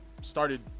started